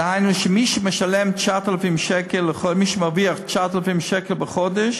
דהיינו שמי שמרוויח 9,000 שקל בחודש